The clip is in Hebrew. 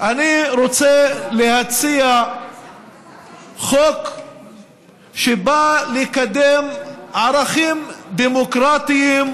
אני רוצה להציע חוק שבאה לקדם ערכים דמוקרטיים,